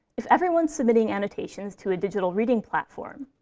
if everyone's submitting annotations to a digital reading platform,